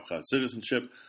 citizenship